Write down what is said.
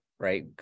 Right